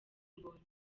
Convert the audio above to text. mbonyi